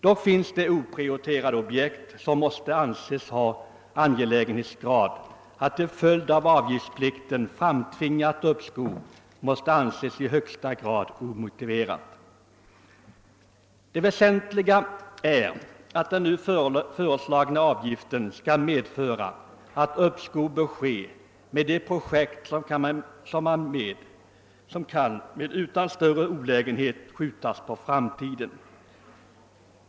Dock finns oprioriterade objekt som måste anses ha en sådan angelägenhetsgrad att ett till följd av avgiftsplikt framtvingat uppskov måste anses i högsta grad omotiverat. Det väsentliga är att den nu föreslagna avgiften skall medföra att uppskov bör ske med de projekt, som utan större olägenhet kan skjutas på framtiden.